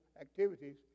activities